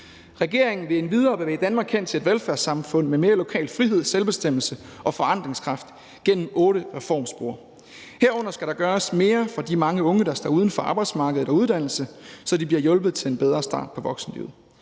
Regeringen vil endvidere bevæge Danmark hen til et velfærdssamfund med mere lokal frihed, selvbestemmelse og forandringskraft gennem otte reformspor. Herunder skal der gøres mere for de mange unge, der står uden for arbejdsmarkedet og uddannelse, så de bliver hjulpet til en bedre start på voksenlivet.